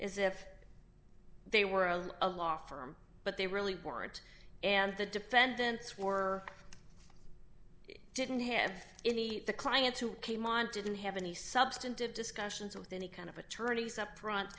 as if they were a law firm but they really weren't and the defendants for i didn't have any clients who came on didn't have any substantive discussions with any kind of attorneys up front